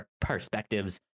perspectives